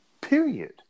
Period